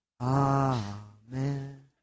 Amen